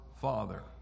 father